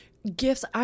Gifts